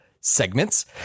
segments